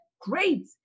great